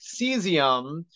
cesium